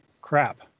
Crap